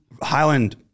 Highland